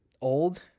old